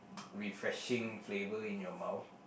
refreshing flavor in your mouth